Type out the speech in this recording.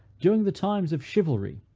during the times of chivalry,